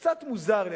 קצת מוזר לי,